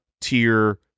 tier